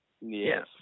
Yes